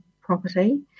property